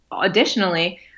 additionally